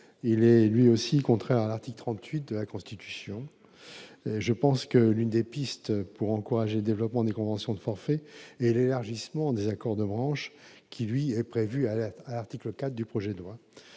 le précédent, contraire à l'article 38 de la Constitution. L'une des pistes pour encourager le développement des conventions de forfait est l'élargissement des accords de branche, qui lui est prévu à l'article 4 du projet de loi.